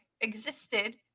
existed